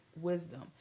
wisdom